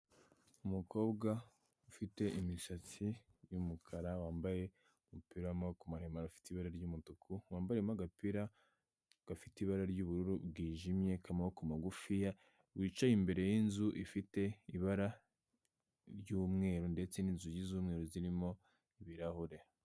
Umukobwa ufite imisatsi y'umukara wambaye umupira w'amaboko maremare ufite ibara ry'umutuku, wambariyemo agapira gafite ibara ry'ubururu bwijimye k'amaboko magufi, wicaye imbere y'inzu ifite ibara ry'umweru ndetse n'inzugi z'umweru zirimo ibirahure.